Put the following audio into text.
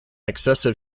excessive